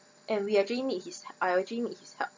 and we actually need his I actually need his help